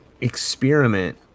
experiment